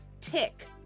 tick